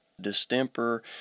Distemper